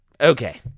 Okay